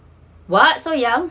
what so young